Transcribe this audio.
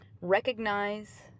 recognize